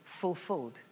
fulfilled